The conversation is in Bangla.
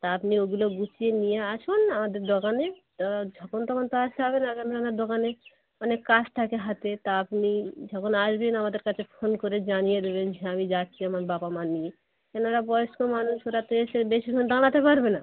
তা আপনি ওগুলো গুছিয়ে নিয়ে আসুন আমাদের দোকানে তো যখন তখন তো আসলে হবে না কেননা আমার দোকানে অনেক কাজ থাকে হাতে তা আপনি যখন আসবেন আমাদের কাছে ফোন করে জানিয়ে দেবেন যে আমি যাচ্ছি আমার বাবা মা নিয়ে কেননা বয়স্ক মানুষ ওরা তো এসে বেশিক্ষণ দাঁড়াতে পারবে না